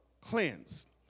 cleansed